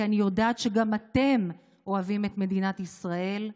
כי אני יודעת שגם אתם אוהבים את מדינת ישראל: